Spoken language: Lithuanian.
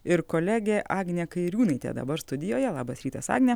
ir kolegė agnė kairiūnaitė dabar studijoje labas rytas agne